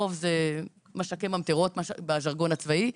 הכול זה מש"קי ממטרות בז'רגון הצבאי,